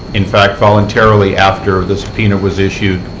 in fact, voluntarily. after the subpoena was issued,